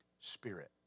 spirit